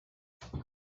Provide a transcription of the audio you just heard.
toward